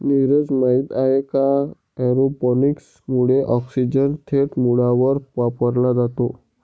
नीरज, माहित आहे का एरोपोनिक्स मुळे ऑक्सिजन थेट मुळांवर वापरला जातो